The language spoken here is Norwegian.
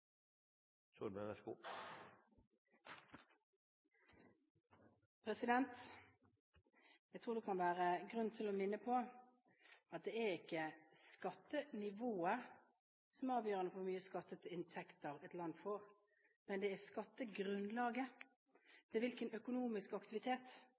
det kan være grunn til å minne om at det ikke er skattenivået som er avgjørende for hvor mye skatteinntekter et land får, men skattegrunnlaget. Det er